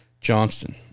Johnston